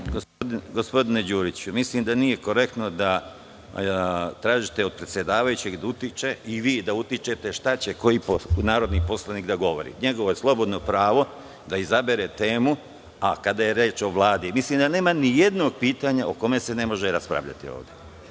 Vreme. Gospine Đuriću, mislim da nije korektno da tražite od predsedavajućeg da utiče i vi da utičete šta će koji narodni poslanik da govori. Njegovo je slobodno pravo da izabere temu kada je reč o Vladi. Nema nijednog pitanja o kome se ne može raspravljati ovde.